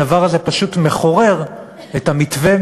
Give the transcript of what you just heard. הדבר הזה פשוט מחורר את המתווה,